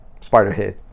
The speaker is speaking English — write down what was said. spiderhead